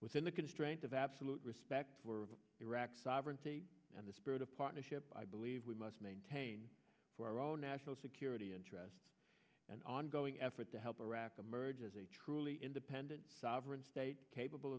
within the constraints of absolute respect of iraq's sovereignty and the spirit of partnership i believe we must maintain for our own national security in an ongoing effort to help iraq merge as a truly independent sovereign state capable